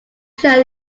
should